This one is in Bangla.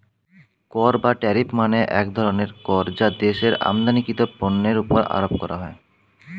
কর বা ট্যারিফ মানে এক ধরনের কর যা দেশের আমদানিকৃত পণ্যের উপর আরোপ করা হয়